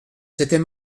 c’était